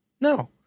No